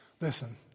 Listen